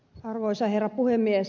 arvoisa herra puhemies